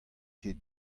ket